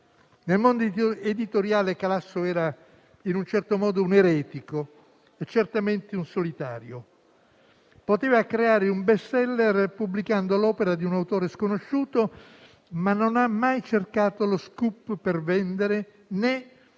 Nel mondo editoriale Calasso era in un certo modo un eretico e certamente un solitario. Poteva creare un *best seller* pubblicando l'opera di un autore sconosciuto, ma non ha mai cercato lo *scoop* per vendere, né mai